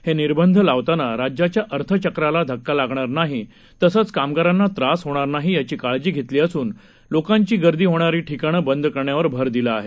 हे निर्बंध लावतांना राज्याच्या अर्थचक्राला धक्का लागणार नाही तसंच कामगारांना त्रास होणार नाही याची काळजी घेतली असून लोकांची गर्दी होणारी ठिकाणं बंद करण्यावर भर दिला आहे